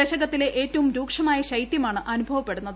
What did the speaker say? ദശകത്തിലെ ഏറ്റവും രൂക്ഷമായ ശൈത്യമാണ് അനുഭവപ്പെടുന്നത്